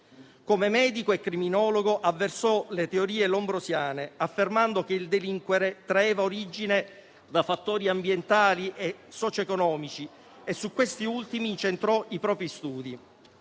Come medico e criminologo avversò le teorie lombrosiane, affermando che il delinquere traeva origine da fattori ambientali e socio-economici e su questi ultimi centrò i propri studi.